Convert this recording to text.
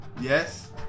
Yes